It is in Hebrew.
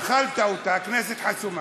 חבר הכנסת חזן,